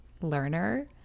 learner